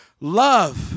love